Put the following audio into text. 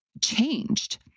changed